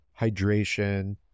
hydration